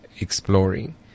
exploring